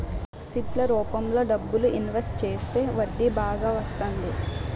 SIP ల రూపంలో డబ్బులు ఇన్వెస్ట్ చేస్తే వడ్డీ బాగా వత్తంది